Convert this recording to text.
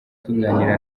tuganira